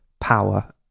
power